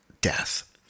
death